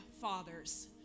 fathers